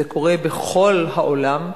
זה קורה בכל העולם,